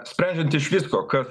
sprendžiant iš visko kas